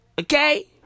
Okay